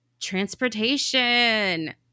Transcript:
transportation